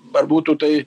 ar būtų tai